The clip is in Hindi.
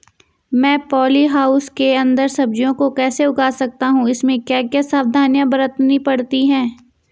मैं पॉली हाउस के अन्दर सब्जियों को कैसे उगा सकता हूँ इसमें क्या क्या सावधानियाँ बरतनी पड़ती है?